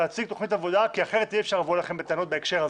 להציג תוכנית עבודה כי אחרת אי אפשר לבוא אליכם בטענות בהקשר הזה.